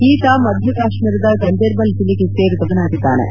ಈತ ಮಧ್ಯ ಕಾಶ್ಮೀರದ ಗಂದೇರ್ಬಲ್ ಜಿಲ್ಲೆಗೆ ಸೇರಿದವನಾಗಿದ್ದಾನೆ